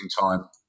time